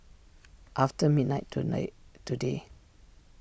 after midnight tonight today